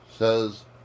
says